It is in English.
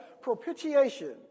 propitiation